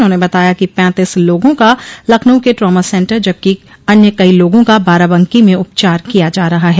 उन्होंने बताया कि पैंतीस लोगों का लखनऊ के ट्रामा सेंटर जबकि अन्य कई लोगों का बाराबंकी में उपचार किया जा रहा है